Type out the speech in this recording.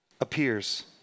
appears